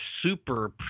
super